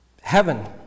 heaven